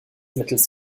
mittels